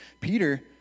Peter